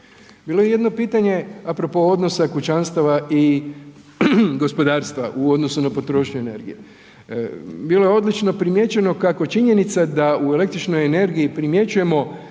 Bilo je jedno pitanje apropo odnosa kućanstava i gospodarstva u odnosu na potrošnju energije. Bilo je odlično primijećeno kako činjenica da u električnoj energiji primjećujemo